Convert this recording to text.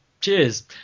cheers